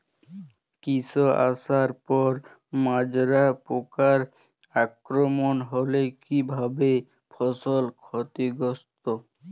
শীষ আসার পর মাজরা পোকার আক্রমণ হলে কী ভাবে ফসল ক্ষতিগ্রস্ত?